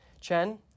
Chen